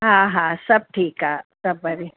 हा हा सभु ठीकु आहे सभु वरी